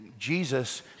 Jesus